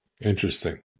Interesting